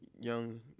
young